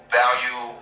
value